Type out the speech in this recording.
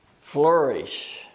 flourish